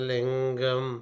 Lingam